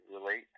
relate